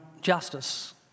Justice